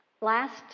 Last